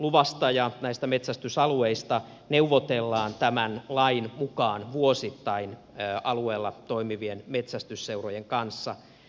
luvasta ja näistä metsästysalueista neuvotellaan tämän lain mukaan vuosittain alueella toimivien metsästysseurojen kanssa